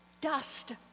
dust